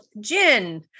gin